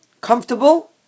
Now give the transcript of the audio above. comfortable